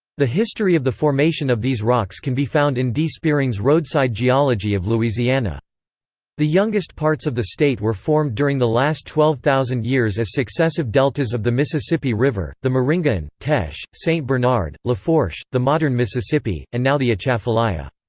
the history of the formation of these rocks can be found in d. spearing's roadside geology of louisiana the youngest parts of the state were formed during the last twelve thousand years as successive deltas of the mississippi river the maringouin, teche, st. bernard, lafourche, the modern mississippi, and now the atchafalaya.